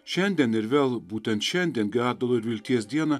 šiandien ir vėl būtent šiandien gedulo ir vilties dieną